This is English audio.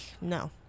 no